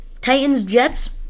Titans-Jets